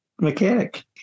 mechanic